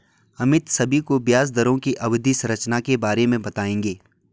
अमित सभी को ब्याज दरों की अवधि संरचना के बारे में बताएंगे